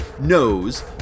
knows